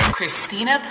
Christina